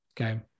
okay